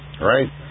right